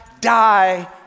die